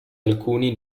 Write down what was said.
alcuni